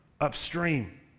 upstream